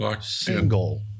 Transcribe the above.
single